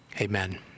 Amen